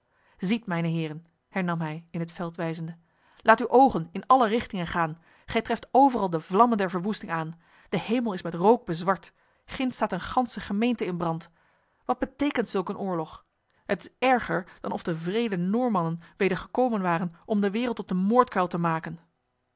ziet mijne heren hernam hij in het veld wijzende laat uw ogen in alle richtingen gaan gij treft overal de vlammen der verwoesting aan de hemel is met rook bezwart ginds staat een ganse gemeente in brand wat betekent zulk een oorlog het is erger dan of de wrede noormannen weder gekomen waren om de wereld tot een moordkuil te maken